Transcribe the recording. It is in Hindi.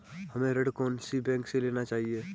हमें ऋण कौन सी बैंक से लेना चाहिए?